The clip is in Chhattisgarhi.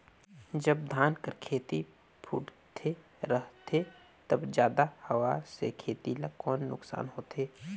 जब धान कर खेती फुटथे रहथे तब जादा हवा से खेती ला कौन नुकसान होथे?